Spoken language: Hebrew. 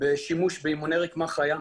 בשימוש באימוני רקמה חיה.